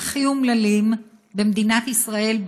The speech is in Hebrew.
והכי אומללים במדינת ישראל,